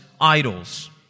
idols